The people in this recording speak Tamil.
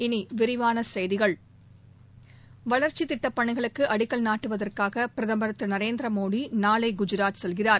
இனி விரிவான செய்திகள் வளர்ச்சி திட்ட பணிகளுக்கு அடிக்கல் நாட்டுவதற்காக பிரதமர் திரு நரேந்திர மோடி நாளை குஜராத் செல்கிறார்